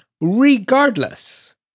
Regardless